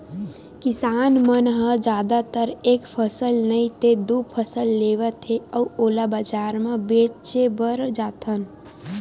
किसान मन ह जादातर एक फसल नइ ते दू फसल लेवत हे अउ ओला बजार म बेचे बर जाथन